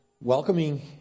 welcoming